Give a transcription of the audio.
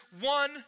one